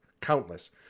countless